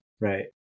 Right